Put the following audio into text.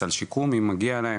סל שיקום אם מגיע להם,